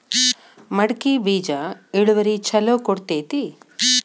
ಮಡಕಿ ಬೇಜ ಇಳುವರಿ ಛಲೋ ಕೊಡ್ತೆತಿ?